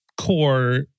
core